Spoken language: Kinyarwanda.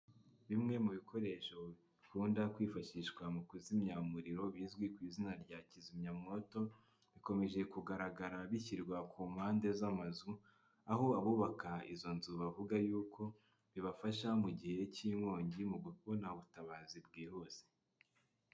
Bimwe mu bikoresho bikunda kwifashishwa mu kuzimya umuriro bizwi ku izina rya kizimyamwoto, bikomeje kugaragara bishyirwa ku mpande z'amazu, aho abubaka izo nzu bavuga yuko bibafasha mu gihe cy'inkongi mu kubona ubutabazi bwihuse.